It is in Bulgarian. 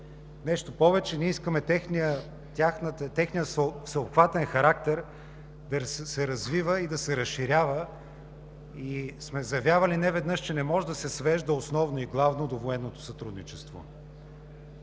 Нещо повече, ние искаме техния всеобхватен характер да се развива и да се разширява. Заявявали сме неведнъж, че не може да се свежда основно и главно до военното сътрудничество.